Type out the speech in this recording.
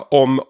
om